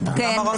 כן,